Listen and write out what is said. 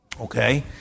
Okay